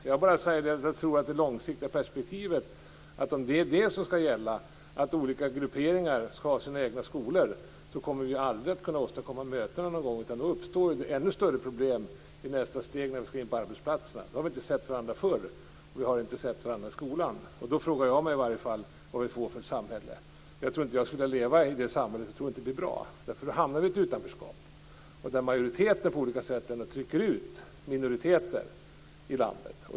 Men jag tror att vi i det långsiktiga perspektivet aldrig kommer att kunna åstadkomma möten, om olika grupperingar skall ha sina egna skolor. Då uppstår ännu större problem i nästa steg när de skall in på arbetsplatserna. Då har vi inte sett varandra förr, i skolan. Vad får vi då för samhälle? Jag tror inte att jag skulle vilja leva i det samhället. Det skulle inte bli bra. Vi skulle få ett utanförskap, och majoriteten skulle på olika sätt trycka ut minoriteten.